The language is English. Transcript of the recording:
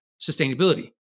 sustainability